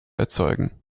erzeugen